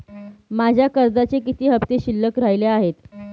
माझ्या कर्जाचे किती हफ्ते शिल्लक राहिले आहेत?